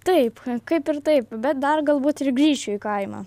taip kaip ir taip bet dar galbūt ir grįšiu į kaimą